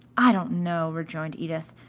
i don't know, rejoined edith,